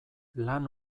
lan